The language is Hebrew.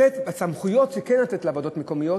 סמכויות שכן יש לתת לוועדות המקומיות,